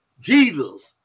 Jesus